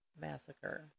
Massacre